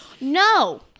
No